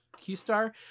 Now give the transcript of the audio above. Q-Star